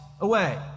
away